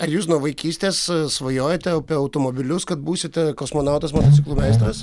ar jūs nuo vaikystės svajojote apie automobilius kad būsite kosmonautas motociklų meistras